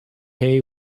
hay